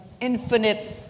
infinite